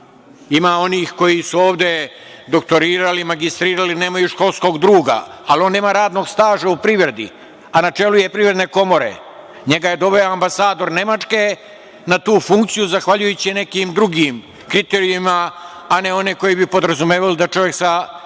Ima onih koji su ovde doktorirali, magistrirali, nemaju školskog druga, ali on nema radnog staža u privredi, ali na čelu je Privredne komore. Njega je doveo ambasador Nemačke na tu funkciju, zahvaljujući nekim drugim kriterijumima, a ne one koje bi podrazumevali da čovek sa